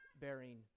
bearing